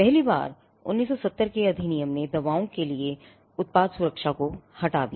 पहली बार 1970 के अधिनियम ने दवाओं के लिए उत्पाद सुरक्षा को हटा दिया